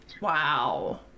Wow